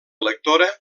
lectora